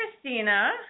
christina